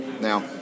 Now